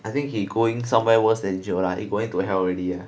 I think he going somewhere worse than jail lah he going to hell already lah